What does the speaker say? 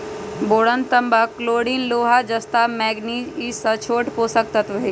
boron तांबा chlorine लोहा जस्ता मैग्निज ई स छोट पोषक तत्त्व हई